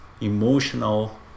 emotional